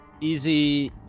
easy